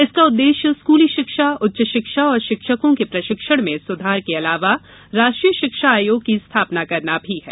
इसका उद्देश्य स्कूली शिक्षा उच्च शिक्षा और शिक्षकों के प्रशिक्षण में सुधार के अलावा राष्ट्रीय शिक्षा आयोग की स्थापना करना भी है